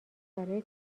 برای